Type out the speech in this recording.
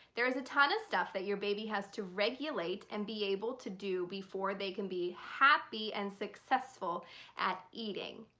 there is a ton of stuff that your baby has to regulate and be able to do before they can be happy and successful at eating.